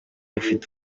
ifite